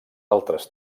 altres